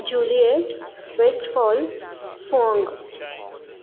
juliette west fall fong